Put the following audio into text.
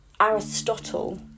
Aristotle